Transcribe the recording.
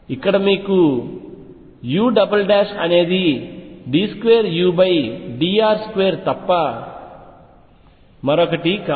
ఇక్కడ మీకు u అనేది d2udr2తప్ప మరొకటి కాదు